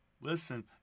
listen